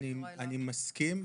אני מסכים.